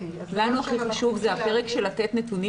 לנו הכי חשוב הפרק שמדבר על מתן נתונים